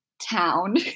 town